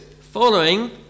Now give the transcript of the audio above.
following